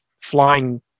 flying